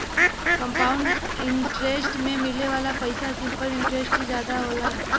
compound interest में मिले वाला पइसा सिंपल इंटरेस्ट से जादा होला